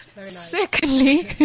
secondly